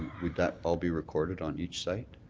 would that all be recorded on each site?